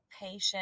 patient